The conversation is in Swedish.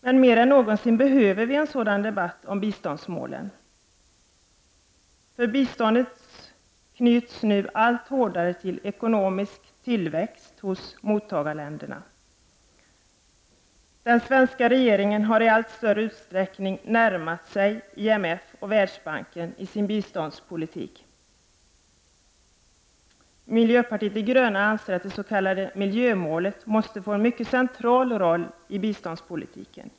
Men mer än någonsin behöver vi den debatten om biståndsmålen, för biståndet knyts nu allt hårdare till den ekonomiska tillväxten i mottagarländerna. Den svenska regeringen har i allt större utsträckning närmat sig IMF och Världsbanken i sin biståndspolitik. Vi i miljöpartiet de gröna anser att det s.k. miljömålet måste få en mycket central roll i biståndspolitiken.